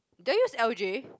do I use L_J